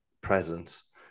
presence